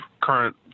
current